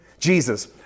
Jesus